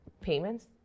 payments